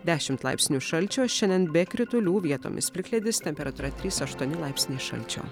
dešimt laipsnių šalčio šiandien be kritulių vietomis plikledis temperatūra trys aštuoni laipsniai šalčio